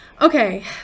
Okay